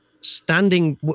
standing